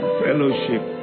fellowship